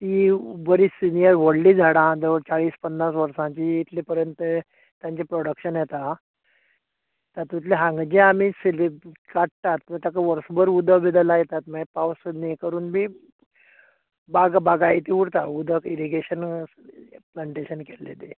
ही बरी सिनीयर व्हडलीं झाडां जवळ चाळीस पन्नास वर्सांची ती इतले पर्यंत तांचें प्रोडक्शन येता तातूंतलें हांगा जें आमी सेली काडटात ताका वर्सबर उदक बीद लायतात मागी पावस हे करून बी बाग बागायती उरता उदक इरीगेशन प्लानटेंशन केल्लें तें